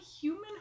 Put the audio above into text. human